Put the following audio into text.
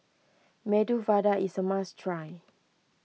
Medu Vada is a must try